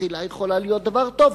זחילה יכולה להיות דבר טוב.